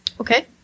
Okay